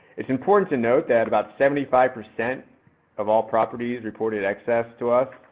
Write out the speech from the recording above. it's important to note that about seventy five percent of all properties reported excess to us